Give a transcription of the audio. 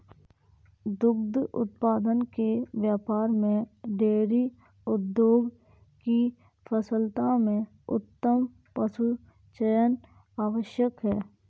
दुग्ध उत्पादन के व्यापार में डेयरी उद्योग की सफलता में उत्तम पशुचयन आवश्यक है